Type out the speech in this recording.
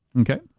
Okay